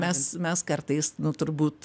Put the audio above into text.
mes mes kartais turbūt